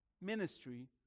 ministry